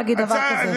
לא מקובל להגיד דבר כזה.